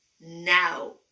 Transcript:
now